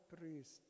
priest